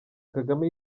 kagame